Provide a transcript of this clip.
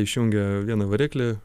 išjungė vieną variklį